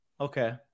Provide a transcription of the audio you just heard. Okay